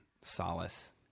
solace